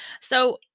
So-